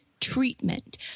treatment